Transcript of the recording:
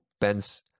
Ben's